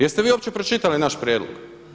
Jeste li vi uopće pročitali naš prijedlog?